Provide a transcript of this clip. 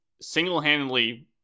single-handedly